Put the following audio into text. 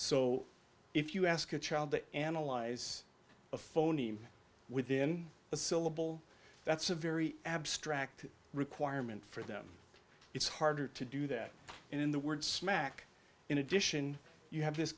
so if you ask a child to analyze a phoneme within a syllable that's a very abstract requirement for them it's harder to do that in the word smack in addition you have this